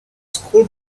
school